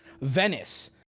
Venice